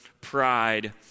pride